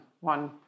one